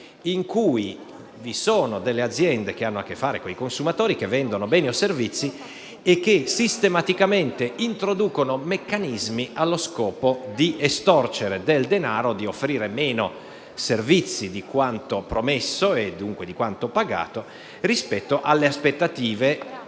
in cui vi sono aziende che hanno a che fare con i consumatori, vendono beni o servizi e sistematicamente introducono meccanismi allo scopo di estorcere denaro e offrire meno servizi di quanto promesso e dunque di quanto pagato rispetto alle aspettative